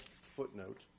footnote